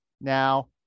Now